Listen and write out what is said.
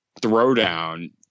throwdown